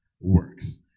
works